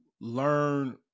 learn